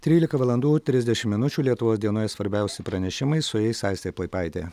trylika valandų trisdešim minučių lietuvos dienoje svarbiausi pranešimai su jais aistė plaipaitė